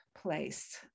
place